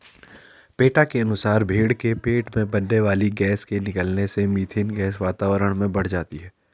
PETA के अनुसार भेंड़ के पेट में बनने वाली गैस के निकलने से मिथेन गैस वातावरण में बढ़ जाती है